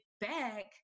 back